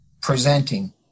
presenting